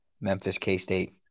Memphis-K-State